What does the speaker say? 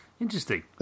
Interesting